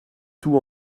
tout